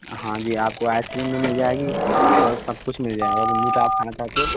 हाँ जी आपको आइस क्रीम भी मिल जाएगी और सब कुछ मिल जाएगा जो मीठा आप खाना चाहते हो